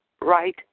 right